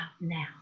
now